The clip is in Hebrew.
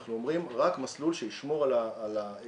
אנחנו אומרים רק מסלול שישמור על הפעילות